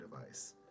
device